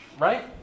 right